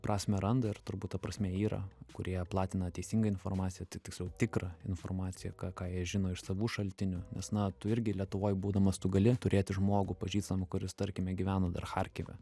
prasmę randa ir turbūt ta prasmė yra kurie platina teisingą informaciją tai tiksliau tikrą informaciją ką ką jie žino iš savų šaltinių nes na tu irgi lietuvoj būdamas tu gali turėti žmogų pažįstamą kuris tarkime gyvena dar charkive